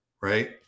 Right